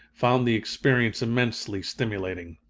found the experience immensely stimulating.